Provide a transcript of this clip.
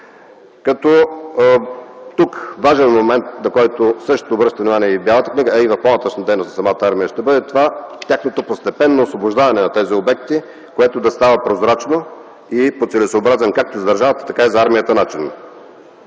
метра. Тук важен момент, на който също обръщам внимание, и в Бялата книга, а и в по-нататъшната дейност на самата армия ще бъде това, че постепенното освобождаване на тези обекти, което да става прозрачно и по целесъобразен както за държавата, така и за армията начин.